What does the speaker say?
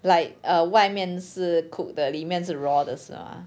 like err 外面是 cook 的里面是 raw 的是吗